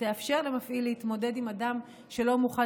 שיתאפשר למפעיל להתמודד עם אדם שלא מוכן